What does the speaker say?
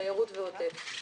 תיירות ועוטף.